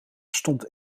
stond